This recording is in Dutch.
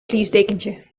fleecedekentje